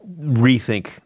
rethink